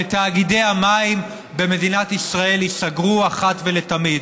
שתאגידי המים במדינת ישראל ייסגרו אחת ולתמיד.